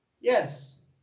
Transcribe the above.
Yes